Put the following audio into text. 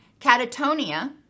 catatonia